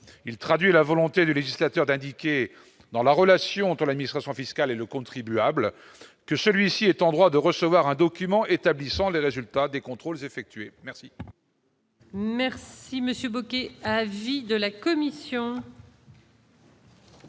il traduit la volonté du législateur d'indiquer dans la relation entre l'administration fiscale et le contribuable. Que celui-ci est en droit de recevoir un document établissant les résultats des contrôles effectués merci.